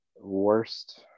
worst